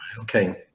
Okay